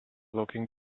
looking